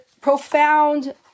profound